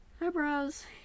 eyebrows